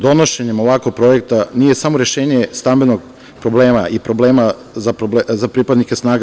Donošenjem ovakvog projekta nije samo rešenje stambenog problema i problema za pripadnike snaga